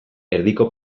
erdiko